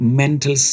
mental